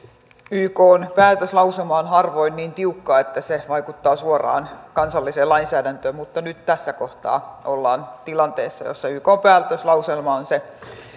ykn päätöslauselma on harvoin niin tiukka että se vaikuttaa suoraan kansalliseen lainsäädäntöön mutta nyt tässä kohtaa ollaan tilanteessa jossa ykn päätöslauselma on se